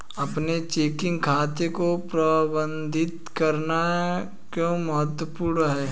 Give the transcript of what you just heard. अपने चेकिंग खाते को प्रबंधित करना क्यों महत्वपूर्ण है?